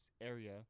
area